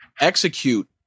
execute